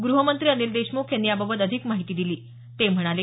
गृहमंत्री अनिल देशमुख यांनी याबाबत अधिक माहिती दिली ते म्हणाले